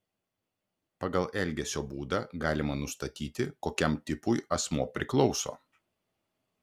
pagal elgesio būdą galima nustatyti kokiam tipui asmuo priklauso